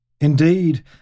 Indeed